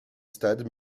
stade